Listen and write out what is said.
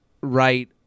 right